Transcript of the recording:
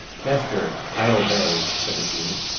master, i obey, said the genie.